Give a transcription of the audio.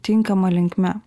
tinkama linkme